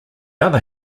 other